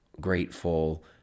grateful